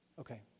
Okay